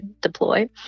deploy